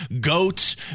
goats